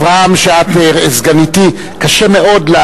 חברת הכנסת אברהם, סגניתי, קשה מאוד.